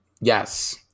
Yes